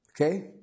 Okay